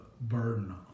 burden